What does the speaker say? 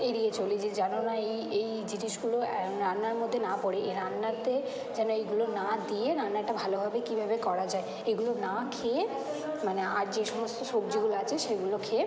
এড়িয়ে চলি যে যেন না এই এই জিনিসগুলো রান্নার মধ্যে না পড়ে এই রান্নাতে যেন এইগুলো না দিয়ে রান্নাটা ভালোভাবে কীভাবে করা যায় এগুলো না খেয়ে মানে আর যে সমস্ত সবজিগুলো আছে সেগুলো খেয়ে